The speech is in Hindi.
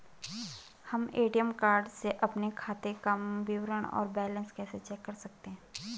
हम ए.टी.एम कार्ड से अपने खाते काम विवरण और बैलेंस कैसे चेक कर सकते हैं?